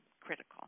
critical